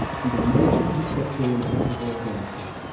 due to major conceptual and technical advances,